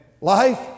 life